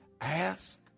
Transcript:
Ask